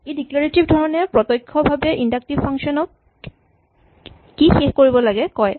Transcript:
ই declarative ধৰণে প্ৰত্যক্ষভাৱে inductive function ক কি শেষ কৰিব লাগে কয়